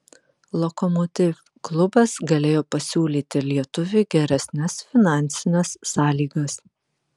lokomotiv klubas galėjo pasiūlyti lietuviui geresnes finansines sąlygas